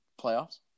playoffs